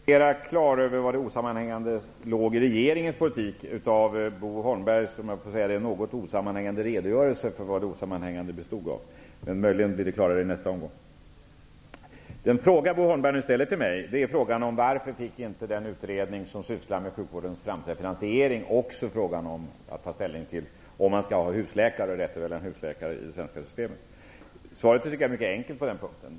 Herr talman! Jag blir inte mera klar över vad som skulle vara osammanhängande i regeringens politik efter att ha lyssnat till, om jag får säga så, Bo Holmbergs något osammanhängande redogörelse för vad det osammanhängande skulle bestå i. Möjligen framstår det klarare i nästa omgång. Bo Holmberg ställer en fråga till mig: Varför fick inte den utredning som sysslar med sjukvårdens framtida finansiering också ta ställning till frågan om vi skall ha husläkare i det svenska systemet? Svaret är mycket enkelt.